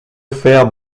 faire